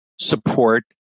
support